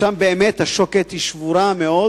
שם באמת השוקת שבורה מאוד